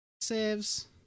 saves